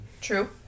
True